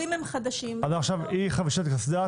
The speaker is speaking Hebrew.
עכשיו על אי חבישה קסדה,